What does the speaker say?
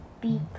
Beep